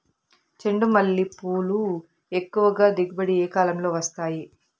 చెండుమల్లి పూలు ఎక్కువగా దిగుబడి ఏ కాలంలో వస్తాయి